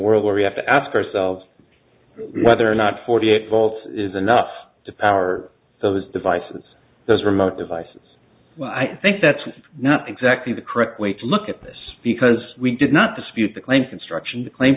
world where we have to ask ourselves whether or not forty eight volts is enough to power those devices those remote devices well i think that's not exactly the correct way to look at this because we did not dispute the claim construction claim